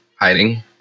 hiding